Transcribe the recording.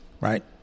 Right